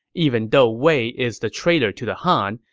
even though wei is the traitor to the han,